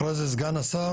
אחרי זה סגן השרה